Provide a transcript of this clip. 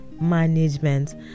management